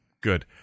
good